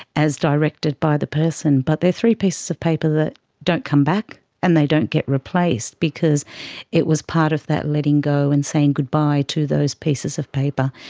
as directed by the person, but they are three pieces of paper that don't come back and they don't get replaced because it was part of that letting go and saying goodbye to those pieces of paper.